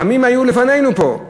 העמים היו לפנינו פה,